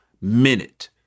minute